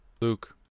Luke